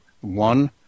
one